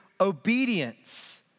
obedience